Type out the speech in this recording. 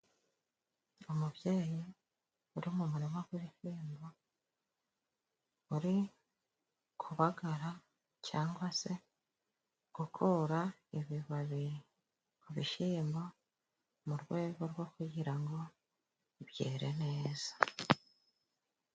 Umubyeyi uri mu murima gw'ibishyimbo，uri kubagara cyangwa se gukura ibibabi ku bishyimbo， mu rwego rwo kugira ngo byere neza.